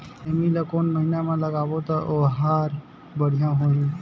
सेमी ला कोन महीना मा लगाबो ता ओहार बढ़िया होही?